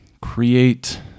Create